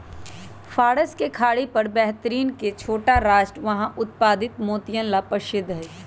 फारस के खाड़ी पर बहरीन के छोटा राष्ट्र वहां उत्पादित मोतियन ला प्रसिद्ध हई